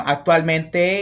Actualmente